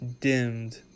dimmed